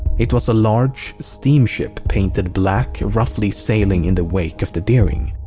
it was a large steamship painted black roughly sailing in the wake of the deering.